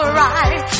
right